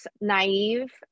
naive